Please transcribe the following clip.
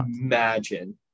imagine